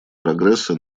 прогресса